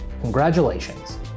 Congratulations